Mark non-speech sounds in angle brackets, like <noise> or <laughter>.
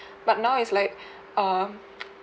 <breath> but now it's like <breath> um